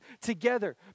together